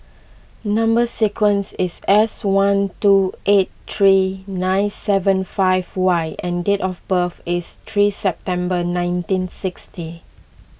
Number Sequence is S one two eight three nine seven five Y and date of birth is three September nineteen sixty